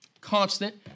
Constant